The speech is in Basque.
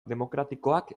demokratikoak